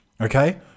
Okay